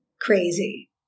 crazy